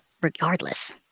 regardless